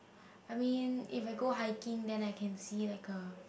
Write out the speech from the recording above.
I mean if I go hiking then I can see like a